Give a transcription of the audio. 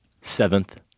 Seventh